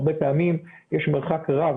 הרבה פעמים יש מרחק רב,